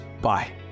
Bye